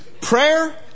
Prayer